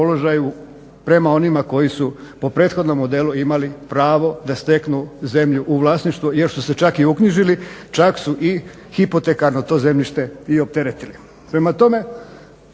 prema onima koji su po prethodnom modelu imali pravo da steknu zemlju u vlasništvo jer su se čak i uknjižili, čak su i hipotekarno to zemljište i opteretili. Prema tome,